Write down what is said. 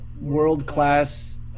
world-class